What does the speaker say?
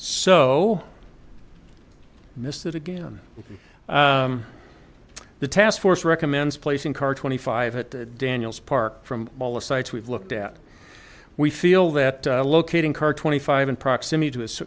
so missed it again on the task force recommends placing car twenty five at the daniels park from all the sites we've looked at we feel that locating car twenty five in proximity to is